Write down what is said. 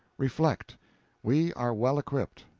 reflect we are well equipped,